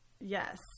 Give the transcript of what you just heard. Yes